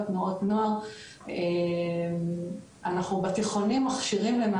אז אנחנו מתחילים,